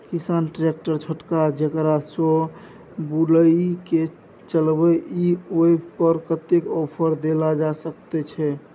किसान ट्रैक्टर छोटका जेकरा सौ बुईल के चलबे इ ओय पर कतेक ऑफर दैल जा सकेत छै?